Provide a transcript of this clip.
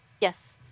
Yes